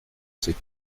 ses